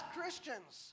Christians